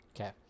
Okay